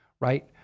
right